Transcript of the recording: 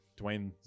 Dwayne